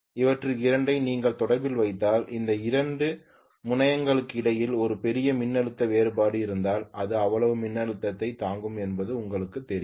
அவற்றில் இரண்டை நீங்கள் தொடரில் வைத்தால் இந்த இரண்டு முனையங்களுக்கிடையில் ஒரு பெரிய மின்னழுத்த வேறுபாடு இருந்தால் அது அவ்வளவு மின்னழுத்தத்தைத் தாங்கும் என்பது உங்களுக்குத் தெரியும்